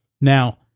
Now